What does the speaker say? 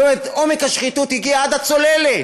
זאת אומרת, עומק השחיתות הגיע עד הצוללת,